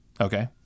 okay